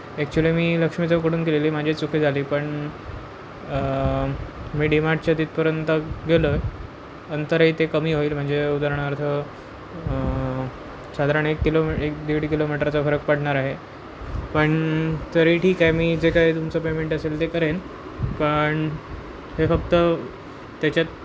actually मी लक्ष्मी चौकडून केलेली माझी चुकी झाली पण मी डीमार्टच्या तिथपर्यंत गेलो आहे अंतरही ते कमी होईल म्हणजे उदाहरणार्थ साधारण एक किलोमी एक दीड किलोमीटरचा फरक पडणार आहे पण तरी ठीक आहे मी जे काही तुमचं पेमेंट असेल ते करेन पण हे फक्त त्याच्यात